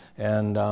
and